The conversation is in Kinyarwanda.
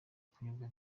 kwishyurwa